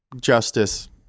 justice